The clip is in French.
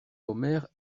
omer